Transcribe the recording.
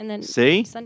See